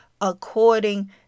according